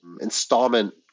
installment